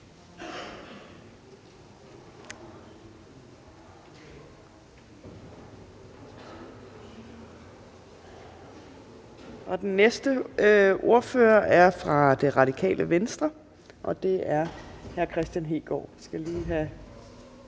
Den næste ordfører er fra Radikale Venstre, og det er hr. Kristian Hegaard.